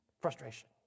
Frustration